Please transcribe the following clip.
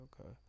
okay